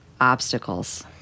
Obstacles